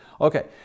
Okay